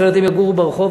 אחרת הם יגורו ברחוב,